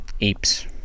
apes